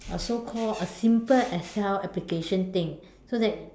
a so called a simple Excel application thing so that